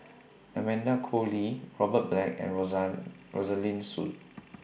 Amanda Koe Lee Robert Black and Rosa Rosaline Soon